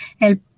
el